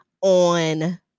on